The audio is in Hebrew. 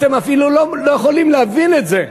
אתם אפילו לא יכולים להבין את זה,